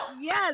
Yes